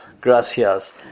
Gracias